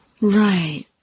Right